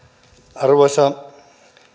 arvoisa